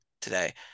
today